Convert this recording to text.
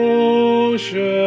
ocean